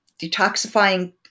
detoxifying